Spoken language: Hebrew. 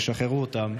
שחררו אותם.